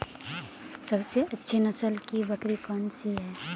सबसे अच्छी नस्ल की बकरी कौन सी है?